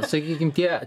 sakykim tie